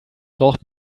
braucht